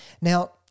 Now